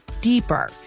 deeper